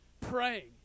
Praying